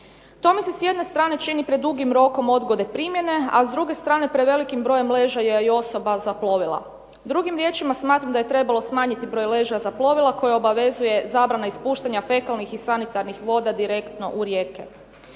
To mi se s jedne strane čini predugim rokom odgode primjene, a s druge strane prevelikim brojem ležaja i osoba za plovila. Drugim riječima, smatram da je trebalo smanjiti broj ležaja za plovila koja obavezuje zabrana ispuštanja fekalnih i sanitarnih voda direktno u rijeke.